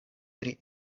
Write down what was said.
pri